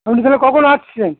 আপনি তাহলে কখন আসছেন